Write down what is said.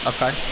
Okay